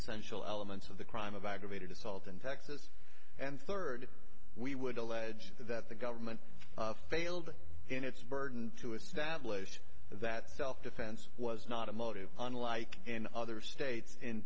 essential elements of the crime of aggravated assault in texas and third we would allege that the government failed in its burden to establish that self defense was not a motive unlike in other states in